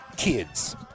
kids